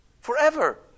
Forever